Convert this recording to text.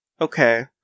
Okay